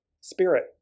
spirit